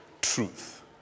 truth